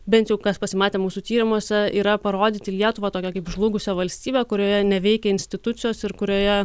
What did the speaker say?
bent jau kas pasimatė mūsų tyrimuose yra parodyti lietuvą tokią kaip žlugusią valstybę kurioje neveikia institucijos ir kurioje